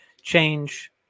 Change